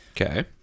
Okay